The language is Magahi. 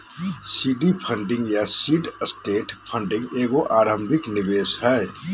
सीड फंडिंग या सीड स्टेज फंडिंग एगो आरंभिक निवेश हइ